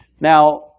Now